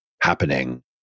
happening